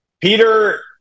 Peter